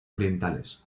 orientales